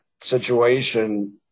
situation